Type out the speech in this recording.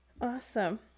Awesome